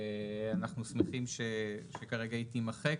אנחנו שמחים שכרגע היא תימחק.